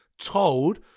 told